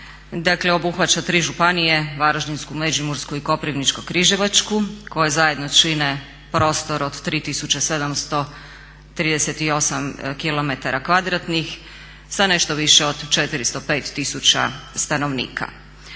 dakle obuhvaća tri županije: Varaždinsku, Međimursku i Koprivničko-križevačku koje zajedno čine prostor od 3738 km2 sa nešto više od 405 000 stanovnika.